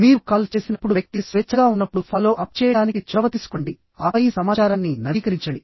మీరు కాల్ చేసినప్పుడు వ్యక్తి స్వేచ్ఛగా ఉన్నప్పుడు ఫాలో అప్ చేయడానికి చొరవ తీసుకోండి ఆపై సమాచారాన్ని నవీకరించండి